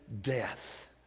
death